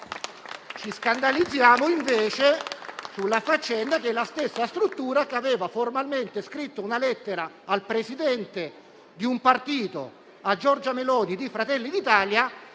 Ci scandalizziamo invece perché si tratta della struttura che aveva formalmente scritto una lettera al presidente di un partito, Giorgia Meloni di Fratelli d'Italia,